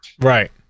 Right